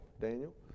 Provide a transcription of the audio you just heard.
Daniel